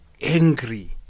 angry